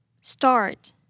start